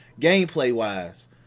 Gameplay-wise